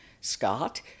Scott